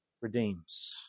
redeems